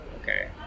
Okay